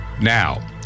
Now